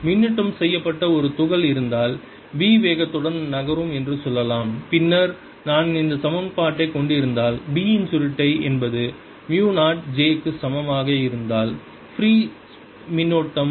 மின்னூட்டம் செய்யப்பட்ட ஒரு துகள் இருந்தால் v வேகத்துடன் நகரும் என்று சொல்லலாம் பின்னர் நான் இந்த சமன்பாட்டை கொண்டிருந்தால் B இன் சுருட்டை என்பது மு 0 J க்கு சமமாக இருந்தால் ஃப்ரீ மின்னோட்டம்